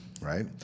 right